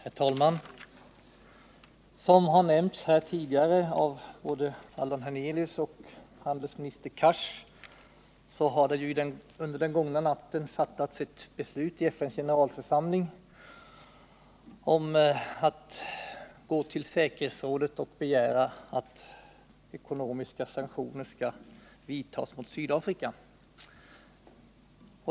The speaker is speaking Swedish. Herr talman! Som har nämnts tidigare av både Allan Hernelius och handelsminister Cars har det under den gångna natten fattats ett beslut i FN:s generalförsamling om att gå till säkerhetsrådet och begära att ekonomiska sanktioner skall vidtas mot Sydafrika.